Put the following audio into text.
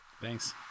thanks